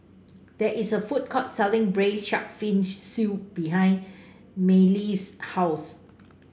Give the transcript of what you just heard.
there is a food court selling Braised Shark Fin Soup behind Mayme's house